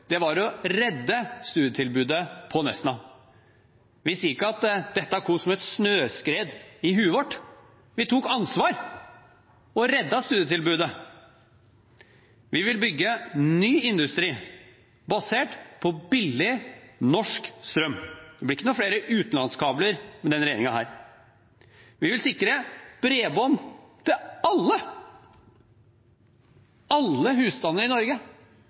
var å redde studietilbudet på Nesna. Vi sier ikke at dette kom som et snøskred i hodet vårt. Vi tok ansvar og reddet studietilbudet. Vi vil bygge ny industri basert på billig norsk strøm; det blir ikke noen flere utenlandskabler med denne regjeringen. Vi vil sikre bredbånd til alle; alle husstander i Norge